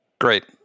Great